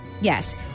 Yes